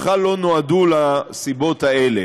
בכלל לא נועדו לסיבות האלה,